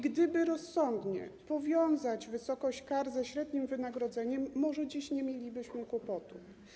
Gdyby rozsądnie powiązać wysokość kar ze średnim wynagrodzeniem, może dziś nie mielibyśmy kłopotu.